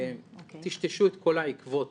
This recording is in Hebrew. טשטשו את כל העקבות